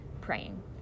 praying